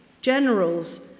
generals